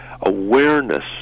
awareness